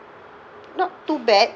not too bad